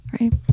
Right